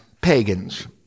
pagans